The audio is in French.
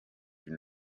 une